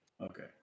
Okay